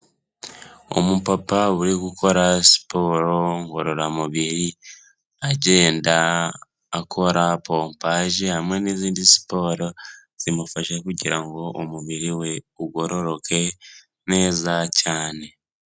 Umu papa uri gukora siporo ngororamubiri agenda akora pompaje, hamwe n'izindi siporo zimufasha kugira ngo umubiri we ugororoke neza cyane.